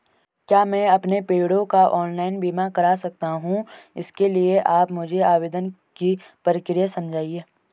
क्या मैं अपने पेड़ों का ऑनलाइन बीमा करा सकता हूँ इसके लिए आप मुझे आवेदन की प्रक्रिया समझाइए?